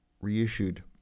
reissued